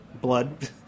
blood